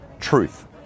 truth